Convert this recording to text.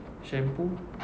shampoo